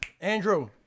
Andrew